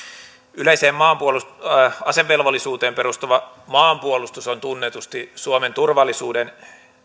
yleiseen asevelvollisuuteen perustuva maanpuolustus on tunnetusti suomen turvallisuuden